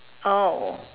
oh